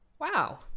wow